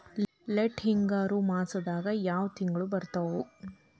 Late ಹಿಂಗಾರು ಮಾಸದಾಗ ಯಾವ್ ತಿಂಗ್ಳು ಬರ್ತಾವು?